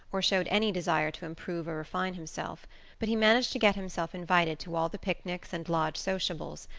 or showed any desire to improve or refine himself but he managed to get himself invited to all the picnics and lodge sociables,